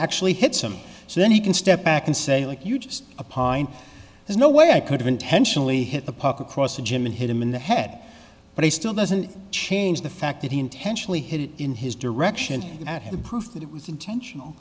actually hits him so then he can step back and say like you just a pine there's no way i could have intentionally hit the puck across the gym and hit him in the head but he still doesn't change the fact that he intentionally hit it in his direction that had proof that it was intentional